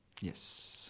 yes